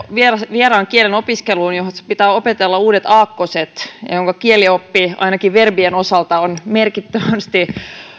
vieraan kielen opiskelua jossa pitää opetella uudet aakkoset ja jonka kielioppi on ainakin verbien osalta merkittävästi